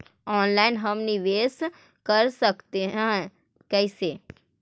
Online हम निवेश कर सकते है, कैसे?